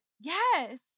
Yes